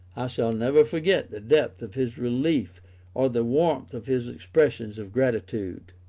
i shall never forget the depth of his relief or the warmth of his expressions of gratitude.